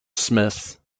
smith